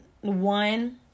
one